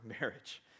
marriage